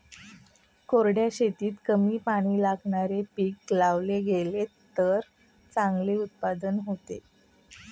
कोरड्या शेतीत कमी पाणी लागणारी पिकं लावली गेलीत तर चांगले उत्पादन होते